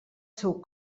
seu